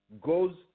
goes